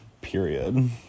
period